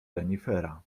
renifera